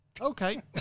Okay